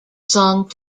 song